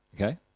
Okay